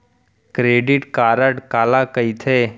Credit card काला कहिथे?